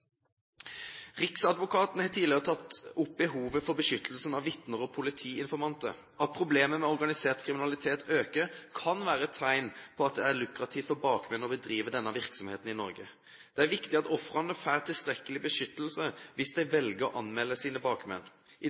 Riksadvokaten har tidligere tatt opp behovet for beskyttelse av vitner og politiinformanter. At problemet med organisert kriminalitet øker, kan være et tegn på at det er lukrativt for bakmenn å bedrive denne virksomheten i Norge. Det er viktig at ofrene får tilstrekkelig beskyttelse hvis de velger å anmelde sine bakmenn. I